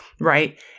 right